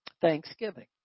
Thanksgiving